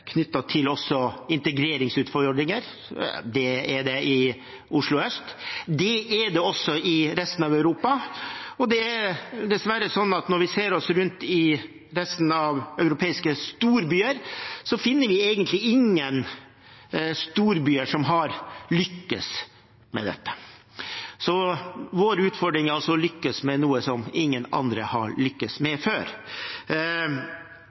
knyttet til integreringsutfordringer. Det er det i Oslo øst, og det er det også i resten av Europa. Det er dessverre sånn at når vi ser oss rundt i resten av de europeiske storbyene, finner vi ingen storbyer som egentlig har lyktes med dette. Så vår utfordring er altså å lykkes med noe som ingen andre har